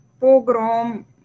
pogrom